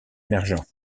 émergents